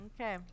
okay